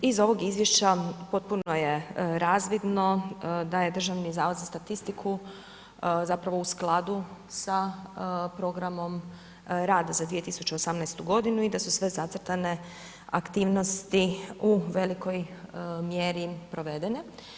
Iz ovog izvješća potpuno je razvidno da je Državni zavod za statistiku zapravo u skladu sa programom rada za 2018. godinu i da su sve zacrtane aktivnosti u velikoj mjeri provedene.